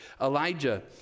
Elijah